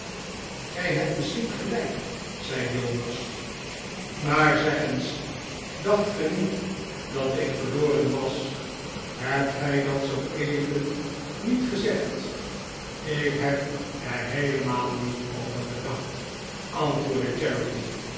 gij hebt misschien gelijk zei jonas maar zeg eens dacht ge niet dat ik verloren was hebt gij dat zooeven niet gezegd ik heb er heelemaal niet over gedacht antwoordde